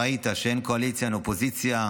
אתה ראית שאין קואליציה ואופוזיציה,